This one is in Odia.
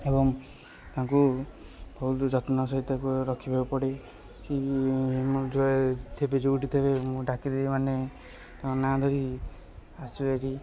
ଏବଂ ତାଙ୍କୁ ବହୁତ ଯତ୍ନ ସହିତ ତାଙ୍କୁ ରଖିବାକୁ ପଡ଼େ ଥିବେ ଯେଉଁଠି ଥିବେ ମୁଁ ଡାକିଦେବି ମାନେ ତାଙ୍କ ନାଁ ଧରିକି ଆସିବେ ଭାରି